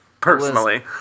Personally